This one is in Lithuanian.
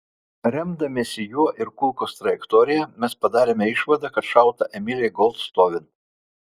remdamiesi juo ir kulkos trajektorija mes padarėme išvadą kad šauta emilei gold stovint